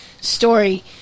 story